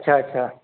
अछा अछा